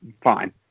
Fine